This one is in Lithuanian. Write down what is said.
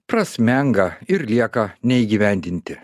prasmenga ir lieka neįgyvendinti